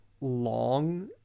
long